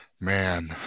Man